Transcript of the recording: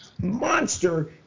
monster